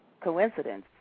coincidence